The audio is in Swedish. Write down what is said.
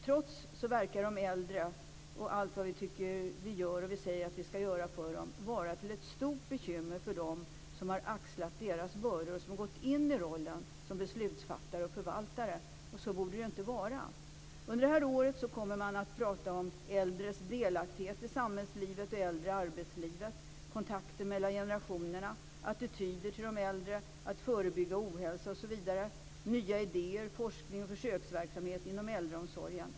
Trots det verkar allt det vi säger att vi skall göra för dem vara ett stort bekymmer för dem som har axlat deras bördor och gått in i rollen som beslutsfattare och förvaltare. Så borde det inte vara. Under det här året kommer man att prata om äldres delaktighet i samhällslivet och äldre i arbetslivet, kontakterna mellan generationerna, attityder till de äldre, att förebygga ohälsa osv., nya idéer, forskning och försöksverksamhet inom äldreomsorgen.